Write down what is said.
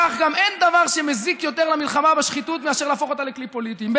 כך גם אין דבר שמזיק יותר למלחמה בשחיתות מאשר להפוך אותה לכלי פוליטי.